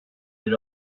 had